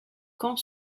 quand